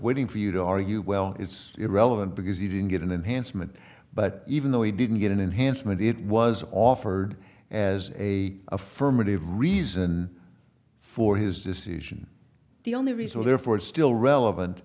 waiting for you to argue well it's irrelevant because he didn't get an enhancement but even though he didn't get an enhancement it was offered as a affirmative reason for his decision the only reason therefore it's still relevant